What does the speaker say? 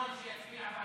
הביאו לך?